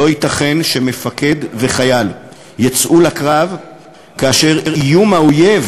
לא ייתכן שמפקד וחייל יצאו לקרב כאשר איום האויב